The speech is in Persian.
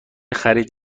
خرید